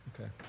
Okay